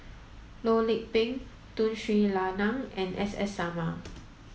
Loh Lik Peng Tun Sri Lanang and S S Sarma